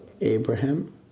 Abraham